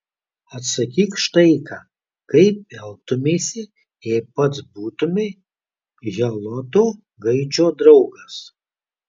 atsakyk štai ką kaip elgtumeisi jei pats būtumei heloto gaidžio draugas